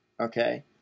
Okay